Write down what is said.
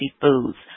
foods